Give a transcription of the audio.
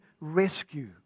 rescue